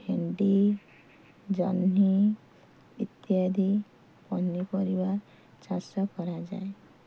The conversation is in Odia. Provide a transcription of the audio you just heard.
ଭେଣ୍ଡି ଜହ୍ନି ଇତ୍ୟାଦି ପନିପରିବା ଚାଷ କରାଯାଏ